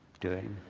doing?